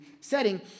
setting